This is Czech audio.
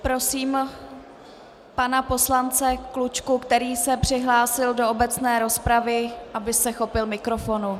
Prosím pana poslance Klučku, který se přihlásil do obecné rozpravy, aby se chopil mikrofonu.